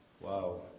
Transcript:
wow